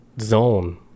zone